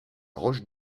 roche